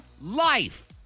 life